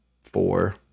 four